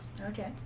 Okay